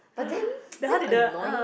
but then damn annoying